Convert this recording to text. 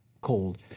cold